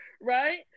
right